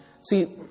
See